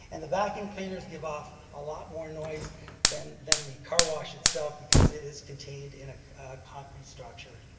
and the vacuum cleaners give off a lot more noise than than the car wash itself because it is contained in a concrete structure.